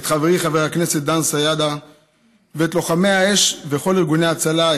את חברי חבר הכנסת דן סידה ואת לוחמי האש וכל ארגוני ההצלה,